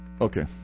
Okay